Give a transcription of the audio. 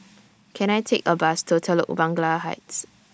Can I Take A Bus to Telok Blangah Heights